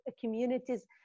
communities